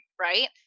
right